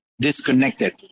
disconnected